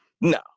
No